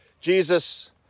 Jesus